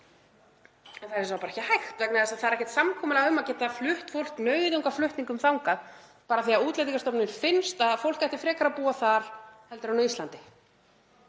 Það er bara ekki hægt vegna þess að það er ekkert samkomulag um að geta flutt fólk nauðungarflutningum þangað bara af því að Útlendingastofnun finnst að fólk ætti frekar að búa þar heldur en á Íslandi,